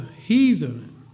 heathen